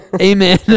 amen